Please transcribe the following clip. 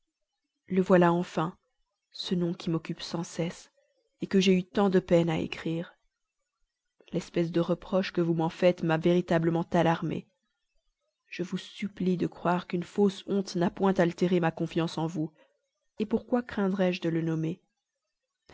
le voilà enfin ce nom qui m'occupe sans cesse que j'ai eu tant de peine à écrire l'espèce de reproche que vous m'en faites m'a véritablement alarmée je vous supplie de croire qu'une fausse honte n'a point altéré ma confiance en vous pourquoi craindrais je de le nommer